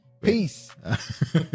Peace